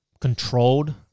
controlled